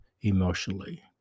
emotionally